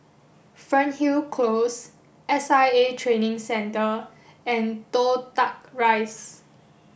Fernhill Close S I A Training Centre and Toh Tuck Rise